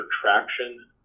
traction